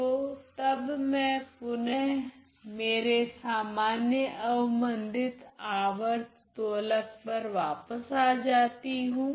तो तब मैं पुनः मेरे सामान्य अवमंदित आवर्त दोलक पर वापस आ जाती हूँ